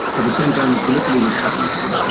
at the same time as gallipoli was happening,